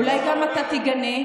אולי גם אתה תגנה?